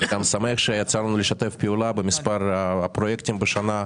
אני גם שמח שיצא לנו לשתף פעולה במספר פרויקטים בשנה האחרונה.